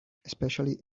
especially